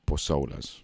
po saulės